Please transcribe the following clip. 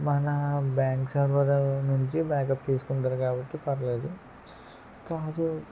మన bank server నుంచి backup తీసుకుంటుంది కాబట్టి పర్లేదు కాదు